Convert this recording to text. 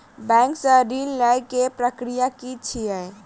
Bank सऽ ऋण लेय केँ प्रक्रिया की छीयै?